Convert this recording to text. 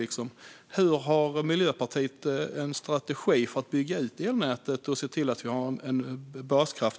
Vilken är Miljöpartiets strategi för att bygga ut elnätet och se till att vi har baskraft?